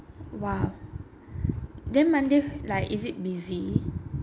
!whoa! then monday like is it busy